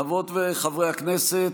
חברות וחברי הכנסת,